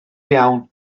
iawn